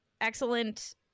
excellent